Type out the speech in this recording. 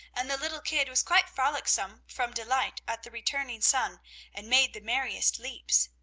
and the little kid was quite frolicsome from delight at the returning sun and made the merriest leaps.